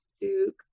Duke